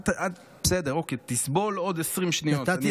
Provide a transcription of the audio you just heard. בסדר, אוקיי, תסבול עוד 20 שניות.